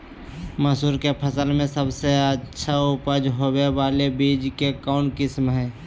मसूर के फसल में सबसे अच्छा उपज होबे बाला बीज के कौन किस्म हय?